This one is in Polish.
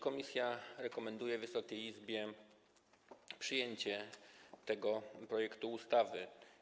Komisja rekomenduje Wysokiej Izbie przyjęcie tego projektu ustawy.